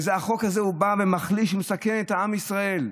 החוק הזה בא ומחליש ומסכן את עם ישראל.